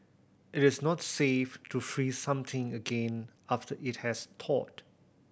it is not safe to freeze something again after it has thawed